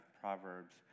Proverbs